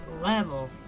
level